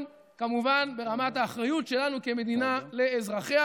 כמובן ברמת האחריות שלנו כמדינה לאזרחיה.